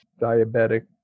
diabetic